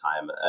time